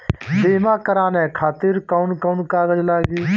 बीमा कराने खातिर कौन कौन कागज लागी?